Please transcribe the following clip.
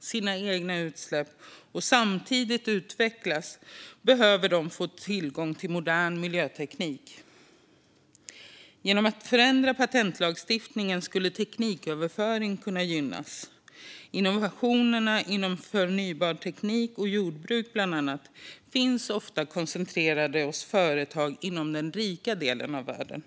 sina egna utsläpp och samtidigt utvecklas behöver de få tillgång till modern miljöteknik. Genom en förändring av patentlagstiftningen skulle tekniköverföring kunna gynnas. Innovationerna inom bland annat förnybar teknik och jordbruk finns ofta koncentrerade hos företag i den rika delen av världen.